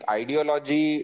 ideology